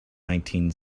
nineteen